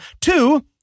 Two